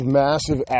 massive